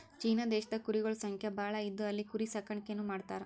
China ದೇಶದಾಗ್ ಕುರಿಗೊಳ್ ಸಂಖ್ಯಾ ಭಾಳ್ ಇದ್ದು ಅಲ್ಲಿ ಕುರಿ ಸಾಕಾಣಿಕೆನೂ ಮಾಡ್ತರ್